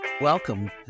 Welcome